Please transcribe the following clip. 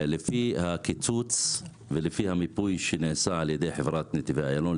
אבל לפי הקיצוץ ולפי המיפוי שנעשה על ידי חברת נתיבי איילון,